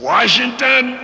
Washington